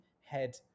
head